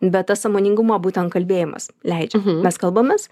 bet tas sąmoningumo būtent kalbėjimas leidžia mes kalbamės